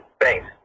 Thanks